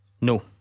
No